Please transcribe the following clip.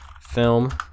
film